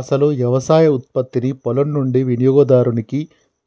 అసలు యవసాయ ఉత్పత్తిని పొలం నుండి వినియోగదారునికి